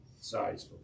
size